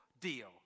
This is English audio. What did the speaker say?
deal